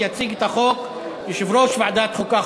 יציג את החוק יושב-ראש ועדת החוקה,